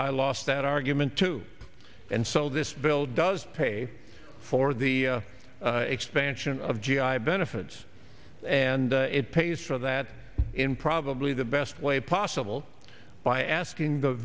i lost that argument too and so this bill does pay for the expansion of g i benefits and it pays for that in probably the best way possible by asking the